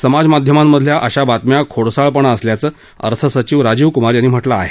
समाज माध्यमातल्या अशा बातम्या खोडसाळपणा असल्याचं अर्थसचिव राजीव कुमार यांनी म्हटलं आहे